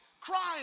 crying